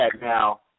Now